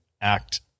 act